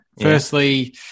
Firstly